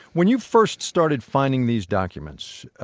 when you first started finding these documents,